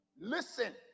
Listen